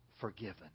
forgiven